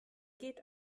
geht